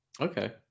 Okay